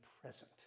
present